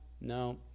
no